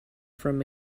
from